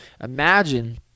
Imagine